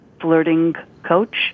flirtingcoach